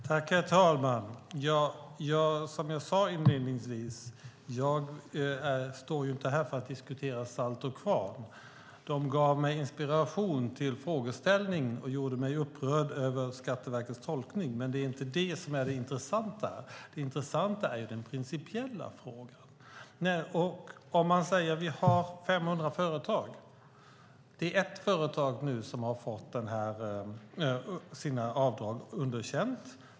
Herr talman! Som jag sade inledningsvis står jag inte här för att diskutera Saltå Kvarn. De gav mig inspiration till frågeställningen och gjorde mig upprörd över Skatteverkets tolkning, men det är inte det som är det intressanta här. Det intressanta är den principiella frågan. Det är ett företag nu som har fått sina avdrag underkända.